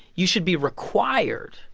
you should be required,